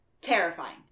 terrifying